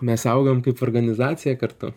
mes augam kaip organizacija kartu